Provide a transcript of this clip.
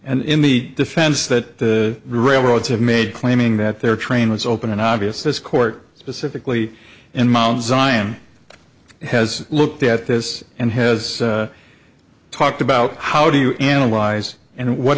and in the defense that the railroads have made claiming that their train was open and obvious this court specifically in mount zion has looked at this and has talked about how do you analyze and what